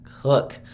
cook